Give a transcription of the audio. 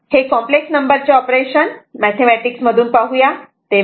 तर हे साफ करू या आणि कॉम्प्लेक्स नंबर चे ऑपरेशन मॅथेमॅटिक्स मधून पाहूया